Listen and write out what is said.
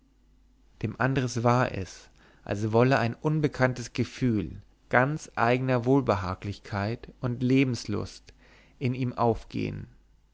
dem andres war es als wolle ein unbekanntes gefühl ganz eigner wohlbehaglichkeit und lebenslust in ihm aufgehen